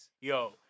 yo